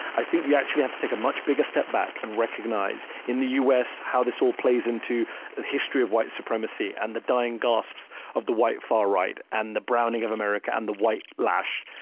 i think you actually have to take a much bigger step back and recognize in the us how this all plays into the history of white supremacy and the dying gasps of the far right and the browning of america and the white lash.